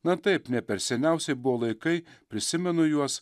na taip ne per seniausiai buvo laikai prisimenu juos